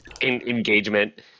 engagement